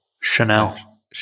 Chanel